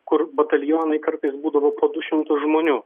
kur batalionai kartais būdavo po du šimtus žmonių